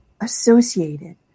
associated